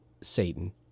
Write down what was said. Satan